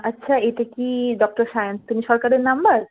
আচ্ছা এটা কি ডক্টর সায়ন্তনী সরকারের নম্বর